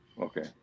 Okay